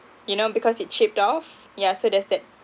you know because it chipped off yeah so there's that